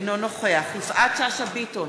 אינו נוכח יפעת שאשא ביטון,